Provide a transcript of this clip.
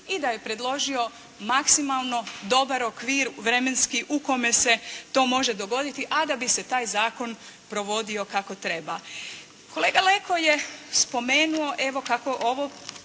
i da je predložio maksimalno dobar okvir vremenski u kome se to može dogoditi a da bi se taj Zakon provodio kako treba. Kolega Leko je spomenuo, evo kako ovo